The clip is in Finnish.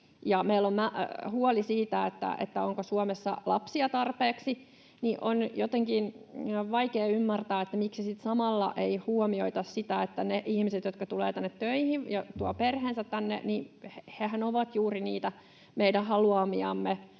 meillä on huoli siitä, onko Suomessa lapsia tarpeeksi, niin on jotenkin vaikea ymmärtää, miksi sitten samalla ei huomioitaisi sitä, että ne ihmisethän, jotka tulevat tänne töihin ja tuovat perheensä tänne, ovat juuri niitä meidän haluamiamme